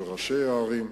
של ראשי הערים,